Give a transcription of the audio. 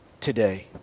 today